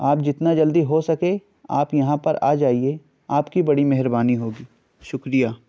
آپ جتنا جلدی ہو سکے آپ یہاں پر آ جائیے آپ کی بڑی مہربانی ہوگی شکریہ